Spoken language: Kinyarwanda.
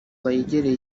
begereye